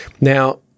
Now-